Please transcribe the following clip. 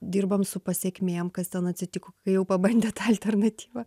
dirbam su pasekmėm kas ten atsitiko kai jau pabandė tą alternatyvą